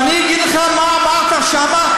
ואני אגיד לך מה אמרת שם,